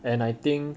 and I think